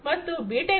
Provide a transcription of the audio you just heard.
ಮತ್ತೆ ಬಿಟೆಕ್B